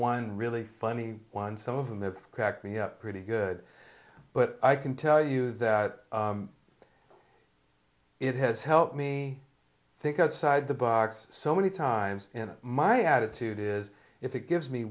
one really funny one some of them they've cracked me up pretty good but i can tell you that it has helped me think outside the box so many times in it my attitude is if it gives me